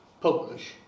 publish